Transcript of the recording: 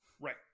Right